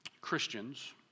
Christians